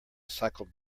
cycled